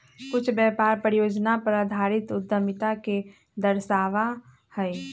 कुछ व्यापार परियोजना पर आधारित उद्यमिता के दर्शावा हई